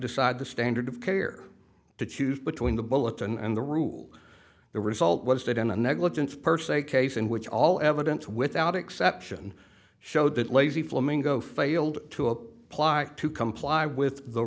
decide the standard of care to choose between the bullet and the rule the result was that in a negligence per se case in which all evidence without exception showed that lazy flamingo failed to apply to comply with the